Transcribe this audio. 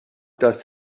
does